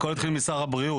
הכול התחיל משר הבריאות.